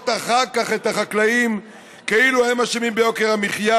אחר כך את החקלאים כאילו הם אשמים ביוקר המחיה.